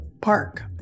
park